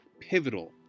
pivotal